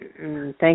Thank